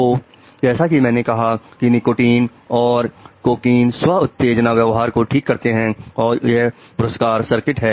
तो जैसा कि मैंने कहा कि निकोटीन और कोकीन स्व उत्तेजना व्यवहार को ठीक करते हैं और यह पुरस्कार सर्किट है